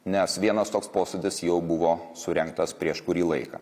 nes vienas toks posėdis jau buvo surengtas prieš kurį laiką